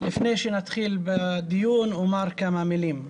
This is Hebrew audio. לפני שנתחיל בדיון אומר כמה מילים.